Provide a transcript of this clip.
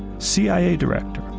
cia director,